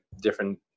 different